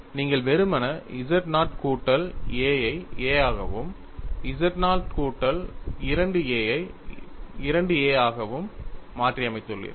நீங்கள் வெறுமனே z0 கூட்டல் a ஐ a ஆகவும் z0 கூட்டல் 2a ஐ 2a ஆகவும் மாற்றியமைத்துள்ளீர்கள்